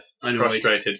Frustrated